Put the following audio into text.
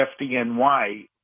FDNY